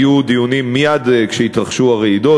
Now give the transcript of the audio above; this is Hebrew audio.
היו דיונים מייד כשהתרחשו הרעידות,